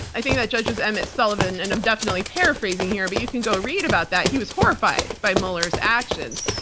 i think that judge was emmet sullivan, and i'm definitely paraphrasing here, but you can go read about that. he was horrified by mueller's actions.